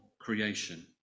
creation